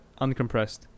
uncompressed